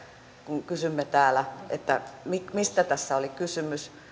kun kysymme täällä mistä tässä oli kysymys